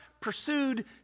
pursued